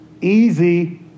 Easy